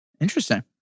Interesting